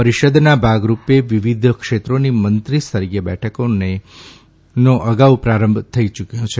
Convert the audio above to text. પરીષદના ભાગરૂપે વિવિધ ક્ષેત્રોની મંત્રીસ્તરીય બેઠકોને અગાઉ પ્રારંભ થઇ યુકથો છે